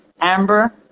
Amber